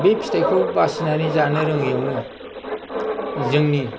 बे फिथाइखौ बासिनानै जानो रोङैयावनो जोंनि